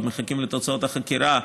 כי מחכים לתוצאות החקירה.